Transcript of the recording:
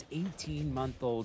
18-MONTH-OLD